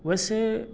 ویسے